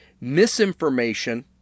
Misinformation